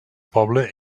poble